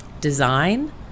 design